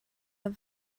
have